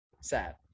Sad